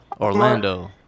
Orlando